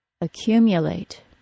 Accumulate